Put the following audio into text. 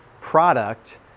product